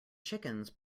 chickens